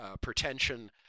pretension